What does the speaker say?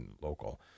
local